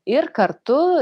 ir kartu